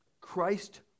Christ